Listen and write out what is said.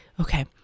okay